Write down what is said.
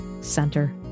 Center